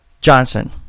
Johnson